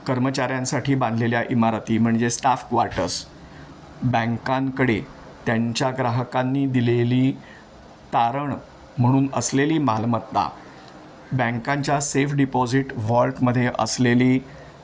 कर्मचाऱ्यांसाठी बांधलेल्या इमारती म्हणजे स्टाफ क्वारटर्स बँकांकडे त्यांच्या ग्राहकांनी दिलेली तारण म्हणून असलेली मालमत्ता बँकांच्या सेफ डिपॉझिट व्हॉल्टमध्ये असलेली